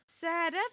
sad